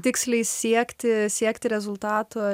tiksliai siekti siekti rezultato